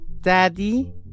Daddy